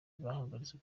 bahagaritswe